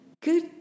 good